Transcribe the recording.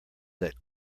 that